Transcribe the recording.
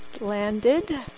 landed